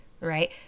right